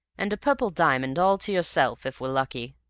and a purple diamond all to yourself if we're lucky.